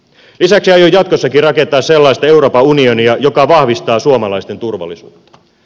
lisäksi aion jatkossakin rakentaa sellaista euroopan unionia joka vahvistaa suomalaisten turvallisuutta